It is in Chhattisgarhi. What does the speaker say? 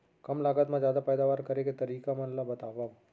कम लागत मा जादा पैदावार करे के तरीका मन ला बतावव?